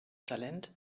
talent